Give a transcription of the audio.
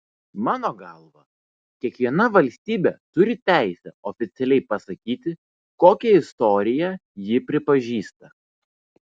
mano galva kiekviena valstybė turi teisę oficialiai pasakyti kokią istoriją ji pripažįsta